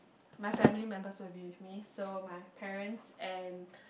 my family members will be with me so my parents and